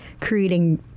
Creating